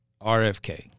RFK